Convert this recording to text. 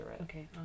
Okay